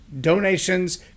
donations